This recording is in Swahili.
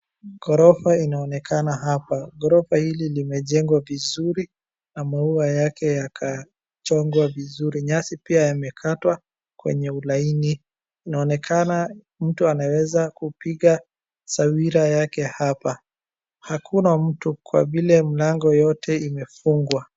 Ghorofa inaonekana hapa. Ghorofa hili limejengwa vizuri na maua yake yakachongwa vizuri. Nyasi pia yamekatwa kwenye ulaini. Inaonekana mtu anaweza kupiga sawira yake hapa. Hakuna mtu kwa vile mlango yote imefungwa.